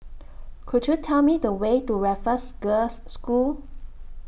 Could YOU Tell Me The Way to Raffles Girls' School